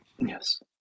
yes